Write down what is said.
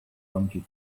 pointed